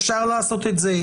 אפשר לעשות את זה?